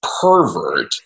pervert